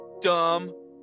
dumb